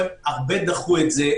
הרבה אנשים דחו את זה,